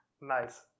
Nice